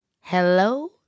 Hello